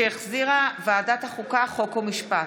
שהחזירה ועדת החוקה, חוק ומשפט.